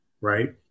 right